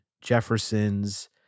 Jefferson's